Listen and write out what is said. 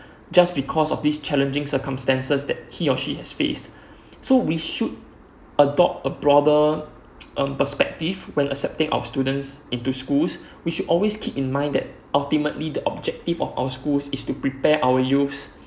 just because of this challenging circumstances that he or she has faced so we should adopt a broader um perspective when accepting our students into schools we should always keep in mind that ultimately the objective of our schools is to prepare our youths